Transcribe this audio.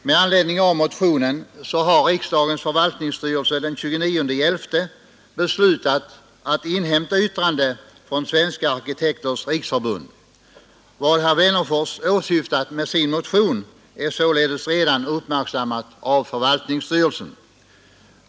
Med anledning av motionen har riksdagens förvaltningsstyrelse den 29 november beslutat att inhämta yttrande från Svenska arkitekters riksförbund. Vad herr Wennerfors åsyftat med sin motion är således redan uppmärksammat av förvaltningsstyrelsen.